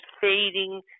fading